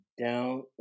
down